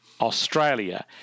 Australia